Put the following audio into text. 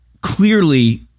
clearly